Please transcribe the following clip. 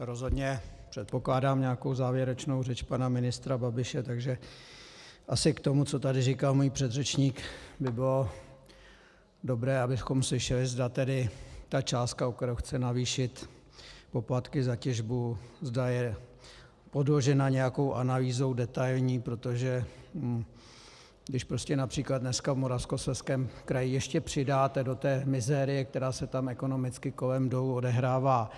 Rozhodně předpokládám nějakou závěrečnou řeč pana ministra Babiše, takže asi k tomu, co tady říkal můj předřečník, by bylo dobré, abychom slyšeli, zda tedy ta částka, o kterou chce navýšit poplatky za těžbu, je podložena nějakou detailní analýzou, protože když prostě například v Moravskoslezském kraji ještě přidáte do té mizérie, která se tam ekonomicky kolem dolů odehrává,